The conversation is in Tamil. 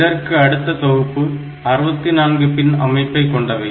இதற்கு அடுத்த தொகுப்பு 64 பின் அமைப்பை கொண்டவை